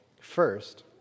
First